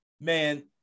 Man